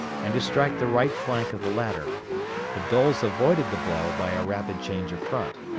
and to strike the right flank of the latter but doles avoided the blow by a rapid change of front.